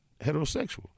heterosexual